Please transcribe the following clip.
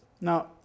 Now